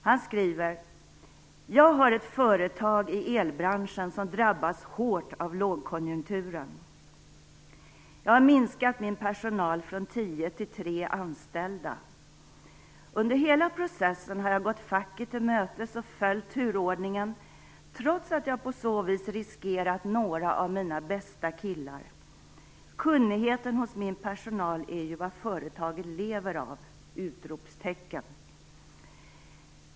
Han skriver: "Jag har ett företag i elbranschen som drabbats hårt av lågkonjunkturen. Jag har minskat min personal från tio till tre anställda. Under hela processen har jag gått facket till mötes och följt turordningen trots att jag på så vis riskerat några av mina bästa killar. Kunnigheten hos min personal är ju vad företaget lever av!